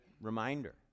reminder